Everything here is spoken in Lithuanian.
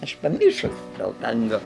aš pamišus dėl tango